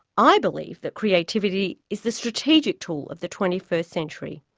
i believe that creativity is the strategic tool of the twentyfirst century.